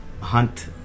hunt